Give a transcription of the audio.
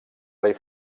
rei